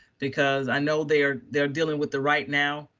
because i know they're they're dealing with the right now,